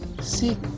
Seek